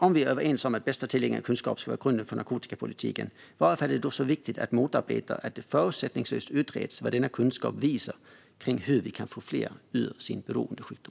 Om vi är överens om att bästa tillgängliga kunskap ska vara grunden för narkotikapolitiken, statsrådet, varför är det så viktigt att motarbeta att förutsättningslöst utreda vad denna kunskap visar om hur vi kan få fler ur sin beroendesjukdom?